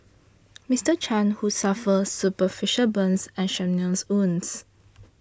Mister Chan who suffered superficial burns and shrapnel wounds